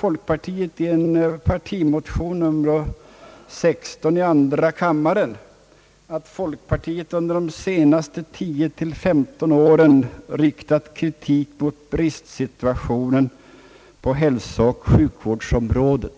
håll. I en partimotion, II: 16, omtalar folkpartiet att man under de senaste 10 till 135 åren riktat kritik mot bristsituationen på hälsooch sjukvårdens områden.